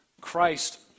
Christ